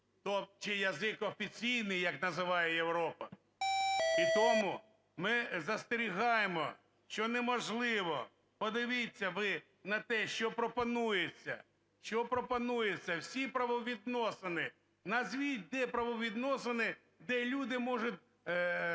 чи язик офіційний, як називає Європа. І тому ми застерігаємо, що неможливо… Подивіться ви на те, що пропонується. Що пропонується? Всі правовідносини. Назвіть ті правовідносини, де люди можуть